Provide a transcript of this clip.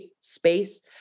space